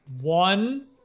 One